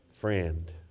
friend